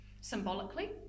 symbolically